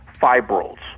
fibrils